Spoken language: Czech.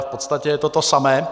V podstatě to je to samé.